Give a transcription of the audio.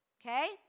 okay